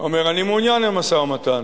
אומר: אני מעוניין במשא-ומתן,